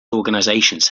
organizations